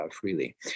freely